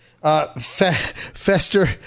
Fester